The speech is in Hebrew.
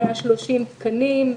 130 תקנים,